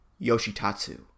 Yoshitatsu